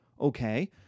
okay